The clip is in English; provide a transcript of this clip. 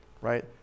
right